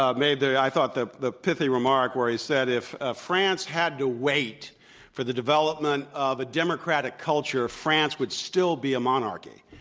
um made the i thought the the pithy remark where he said, if ah france had to wait for the development of a democratic culture, france would still be a monarchy.